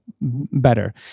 better